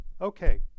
Okay